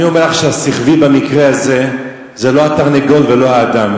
אני אומר לך שהשכווי במקרה הזה זה לא התרנגול ולא האדם,